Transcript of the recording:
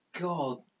God